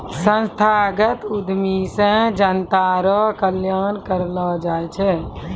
संस्थागत उद्यमी से जनता रो कल्याण करलौ जाय छै